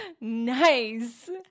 Nice